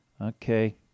Okay